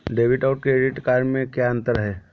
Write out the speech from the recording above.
Debit और credit में क्या अंतर है?